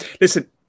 Listen